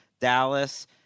Dallas